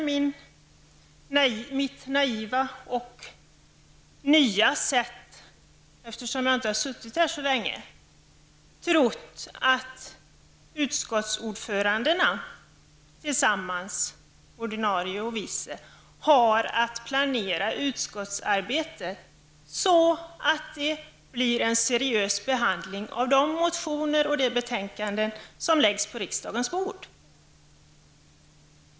Med mitt naiva och nya sätt -- jag har ju inte varit med här så länge -- trodde jag att vice ordföranden och ordföranden i utskottet tillsammans hade att planera utskottsarbetet så att det blir ett en seriös behandling av de motioner och de betänkanden som läggs på riksdagens bord.